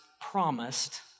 promised